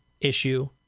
issue